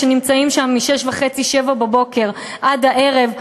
שנמצאים שם מ-07:00-06:30 עד הערב,